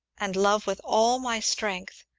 and love with all my strength,